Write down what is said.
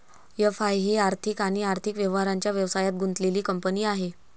FI ही आर्थिक आणि आर्थिक व्यवहारांच्या व्यवसायात गुंतलेली कंपनी आहे